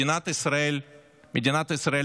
מדינת ישראל במלחמה.